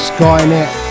Skynet